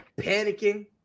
panicking